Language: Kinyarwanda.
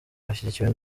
ashyigikiwe